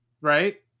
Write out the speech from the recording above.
Right